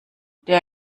der